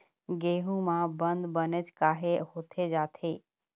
गेहूं म बंद बनेच काहे होथे जाथे?